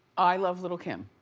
i love lil' kim,